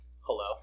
Hello